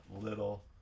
Little